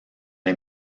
les